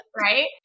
right